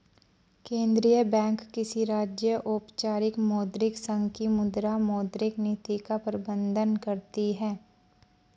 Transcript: केंद्रीय बैंक किसी राज्य, औपचारिक मौद्रिक संघ की मुद्रा, मौद्रिक नीति का प्रबन्धन करती है